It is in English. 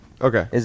Okay